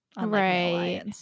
Right